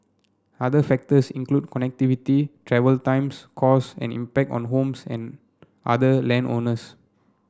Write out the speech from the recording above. other factors include connectivity travel times costs and impact on homes and other land owners